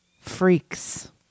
Freaks